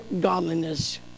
godliness